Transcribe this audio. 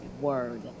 word